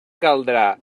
caldrà